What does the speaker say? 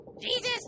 Jesus